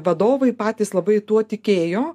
vadovai patys labai tuo tikėjo